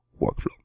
workflow